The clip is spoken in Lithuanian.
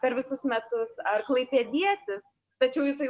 per visus metus ar klaipėdietis tačiau jisai